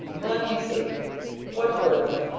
let me see what were they?